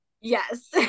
Yes